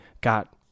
got